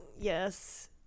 Yes